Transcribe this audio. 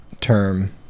term